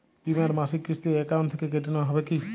বিমার মাসিক কিস্তি অ্যাকাউন্ট থেকে কেটে নেওয়া হবে কি?